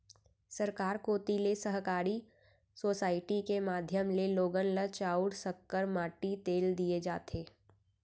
सरकार कोती ले सहकारी सोसाइटी के माध्यम ले लोगन ल चाँउर, सक्कर, माटी तेल दिये जाथे